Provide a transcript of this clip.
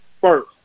first